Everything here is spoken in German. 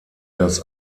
das